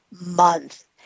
Month